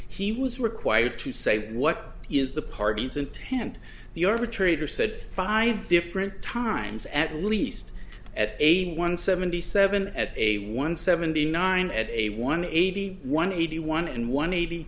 he was required to say what is the party's intent the order trader said five different times at least at eighty one seventy seven at a one seventy nine at a one eighty one eighty one and one eighty